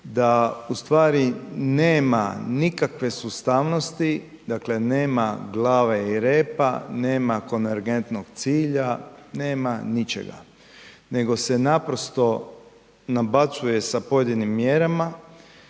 da ustvari nema nikakve sustavnosti dakle nema glave i repa, nema konvergentnog cilja, nema ničega nego se naprosto nabacuje sa pojedinim mjerama